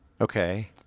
Okay